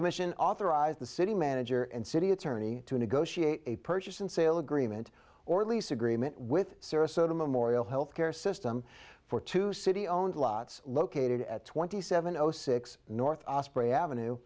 commission authorized the city manager and city attorney to negotiate a purchase and sale agreement or lease agreement with sarasota memorial healthcare system for two city owned lots located at twenty seven zero six north avenue